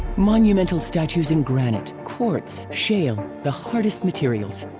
monumental statues in granite, quartz, shale, the hardest materials.